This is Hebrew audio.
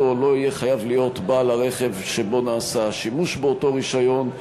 לא יהיה חייב להיות בעל הרכב שבו נעשה השימוש באותו רישיון,